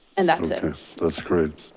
and that's and that's great.